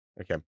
okay